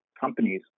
companies